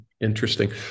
Interesting